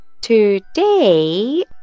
today